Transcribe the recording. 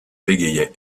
bégayait